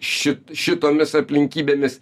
šit šitomis aplinkybėmis